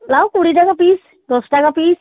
লাউ কুড়ি টাকা পিস দশ টাকা পিস